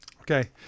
Okay